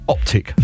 Optic